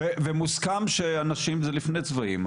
ומוסכם שאנשים הם לפני צבאים,